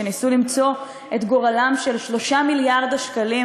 שניסו למצוא את גורלם של 3 מיליארד השקלים